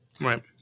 Right